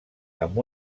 amb